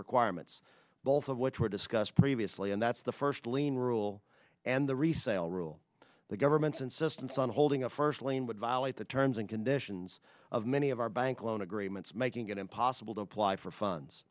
requirements both of which were discussed previously and that's the first lien rule and the resale rule the government's insistence on holding a first lane would violate the terms and conditions of many of our bank loan agreements making it impossible to apply for funds